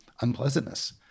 unpleasantness